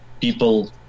people